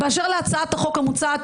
באשר להצעת החוק המוצעת,